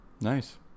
nice